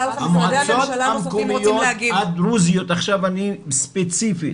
המועצות המקומיות הדרוזיות עכשיו אני ספציפי